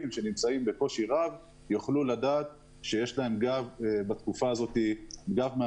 שנמצאים בקושי רב יוכלו לדעת שיש להם גב בתקופה הזו מהמדינה,